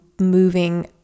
moving